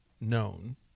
known